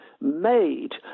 made